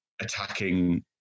attacking